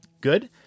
good